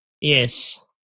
Yes